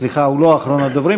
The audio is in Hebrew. הוא לא אחרון הדוברים,